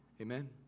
amen